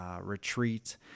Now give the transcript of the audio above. retreat